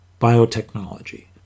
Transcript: biotechnology